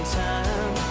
time